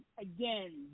Again